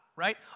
right